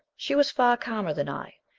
she was far calmer than i.